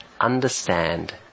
understand